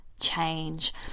change